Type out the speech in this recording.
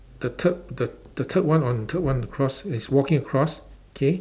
the third the the third one on the third one across is walking across K